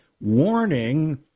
warning